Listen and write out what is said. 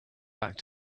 back